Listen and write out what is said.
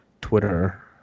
Twitter